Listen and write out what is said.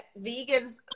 vegans